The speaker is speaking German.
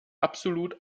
absolut